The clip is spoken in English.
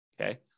Okay